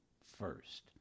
first